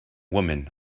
woman